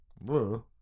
Whoa